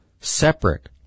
separate